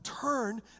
turn